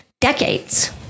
decades